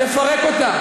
לפרק אותה.